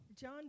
John